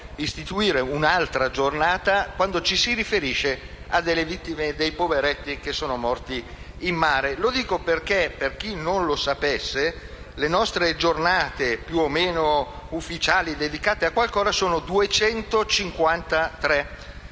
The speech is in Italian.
istituire un'altra giornata quando ci si riferisce a delle vittime, a dei poveretti morti in mare. Lo dico perché - per chi non lo sapesse - le nostre giornate più o meno ufficiali dedicate a qualcosa sono 253: